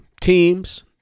teams